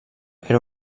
era